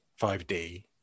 5D